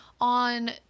on